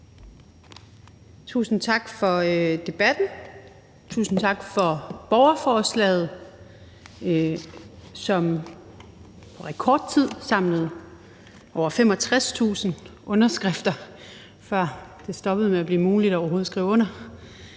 Tusind tak for debatten, tusind tak for borgerforslaget, som på rekordtid samlede over 65.000 underskrifter, før det ikke længere var muligt overhovedet at skrive under.